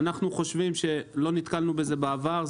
לא נתקלנו בזה בעבר,